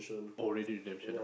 oh ready redemption ah